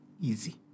easy